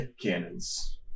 Cannons